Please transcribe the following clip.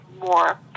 more